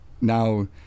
now